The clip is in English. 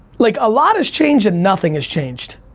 like a lot has changed and nothing has changed.